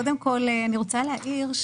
קודם כול אני רוצה להעיר,